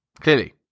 clearly